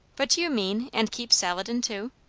but do you mean, and keep saladin too?